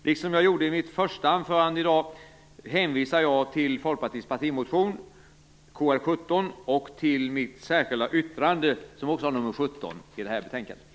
Liksom jag gjorde i mitt första anförande i dag, hänvisar jag till Folkpartiets partimotion, Kr17, och till mitt särskilda yttrande, som också har nummer 17, i det här betänkandet.